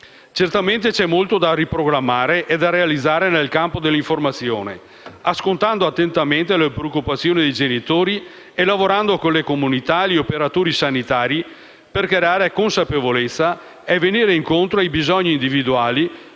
Certamente c'è molto da riprogrammare e da realizzare nel campo dell'informazione, ascoltando attentamente le preoccupazioni dei genitori e lavorando con le comunità e gli operatori sanitari per creare consapevolezza e venire incontro ai bisogni individuali,